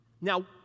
Now